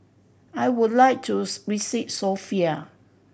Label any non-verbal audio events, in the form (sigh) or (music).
I would like to (unintelligible) visit Sofia